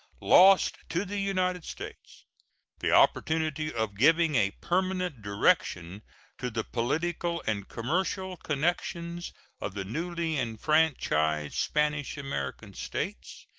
lost to the united states the opportunity of giving a permanent direction to the political and commercial connections of the newly enfranchised spanish american states,